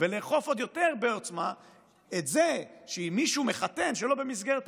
ולאכוף עוד יותר בעוצמה את זה שאם מישהו מחתן שלא במסגרת הרבנות,